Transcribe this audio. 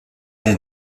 den